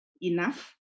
enough